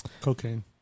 Cocaine